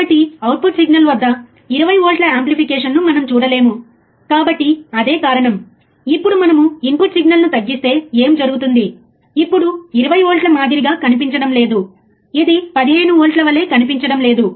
కాబట్టి ∆V ∆t ఇప్పుడు ఒక విషయం మీరు స్లైడ్లో గుర్తుంచుకుంటే మనము ఫ్రీక్వెన్సీని పెంచుతూ మరియు 10 కిలోహెర్ట్జ్ దగ్గర తరంగ రూపాన్ని చూస్తే స్లీవ్ రేట్ వక్రీకరణ స్పష్టంగా కనిపిస్తుంది